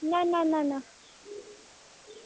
ना ना ना ना